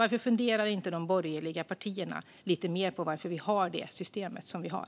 Varför funderar inte de borgerliga partierna lite mer på varför vi har det system vi har?